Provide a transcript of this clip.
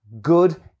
good